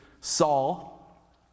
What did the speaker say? Saul